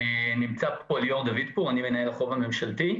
נמצא פה ליאור דוד-פור, אני מנהל החוב הממשלתי.